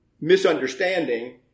misunderstanding